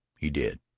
he did.